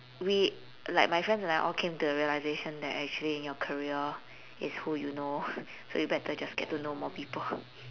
we like my friends and I all came to the realisation that actually in your career it's who you know so you better just get to know more people